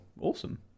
awesome